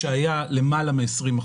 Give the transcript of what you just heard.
שהיה למעלה מ-20%.